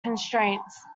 constraints